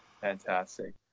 Fantastic